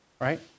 right